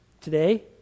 today